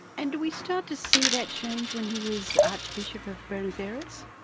and do we start to see that change when he was archbishop of buenos aires?